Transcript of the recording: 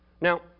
Now